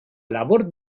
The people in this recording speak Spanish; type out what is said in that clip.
labor